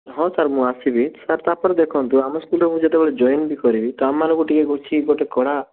ହଁ ସାର୍ ମୁଁ ଆସିବି ସାର୍ ତା'ପରେ ଦେଖନ୍ତୁ ଆମ ସ୍କୁଲ୍ରେ ମୁଁ ଯେତେବେଳେ ଜଏନ୍ ବି କରିବି ତ ଆମମାନଙ୍କୁ ଟିକେ ବସିକି ଗୋଟେ କଢ଼ା